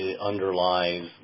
underlies